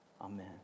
Amen